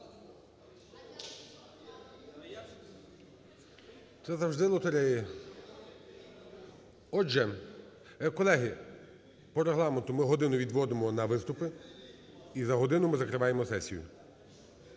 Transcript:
Це завжди лотерея. Отже, колеги, по Регламенту ми годину відводимо на виступу і за годину ми закриваємо сесію.